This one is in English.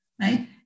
right